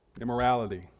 Immorality